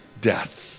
death